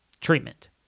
treatment